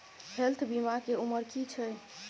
Health बीमा के उमर की छै?